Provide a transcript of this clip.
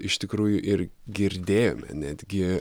iš tikrųjų ir girdėjome netgi